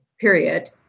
period